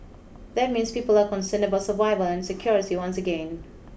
that means people are concerned about survival and security once again